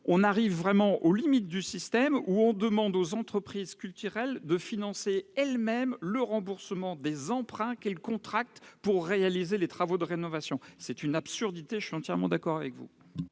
arrivons vraiment aux limites d'un système qui exige des entreprises culturelles qu'elles financent elles-mêmes le remboursement des emprunts qu'elles contractent pour réaliser leurs travaux de rénovation. C'est une absurdité ! Je suis entièrement d'accord avec vous.